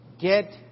get